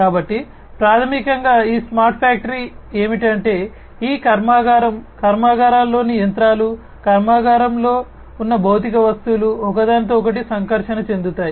కాబట్టి ప్రాథమికంగా ఈ స్మార్ట్ ఫ్యాక్టరీ ఏమిటంటే ఈ కర్మాగారం కర్మాగారాల్లోని యంత్రాలు కర్మాగారంలో ఉన్న భౌతిక వస్తువులు ఒకదానితో ఒకటి సంకర్షణ చెందుతాయి